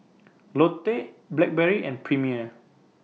Lotte Blackberry and Premier